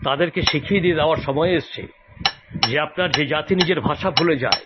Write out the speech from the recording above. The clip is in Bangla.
তাদেরকে শিখিয়ে দিই দেওয়ার সময় এসছে যে আপনার যে জাতি নিজের ভাষা ভুলে যায়